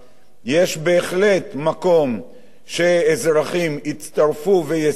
יש בהחלט מקום שאזרחים יצטרפו ויסייעו,